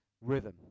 rhythm